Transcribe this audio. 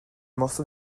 morceau